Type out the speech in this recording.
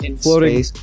floating